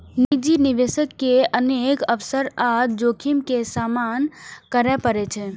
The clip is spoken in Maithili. निजी निवेशक के अनेक अवसर आ जोखिम के सामना करय पड़ै छै